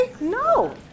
no